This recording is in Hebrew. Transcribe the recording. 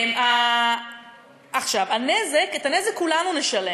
את הנזק כולנו נשלם.